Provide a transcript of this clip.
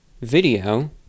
video